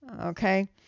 Okay